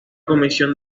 comisión